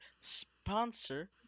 sponsor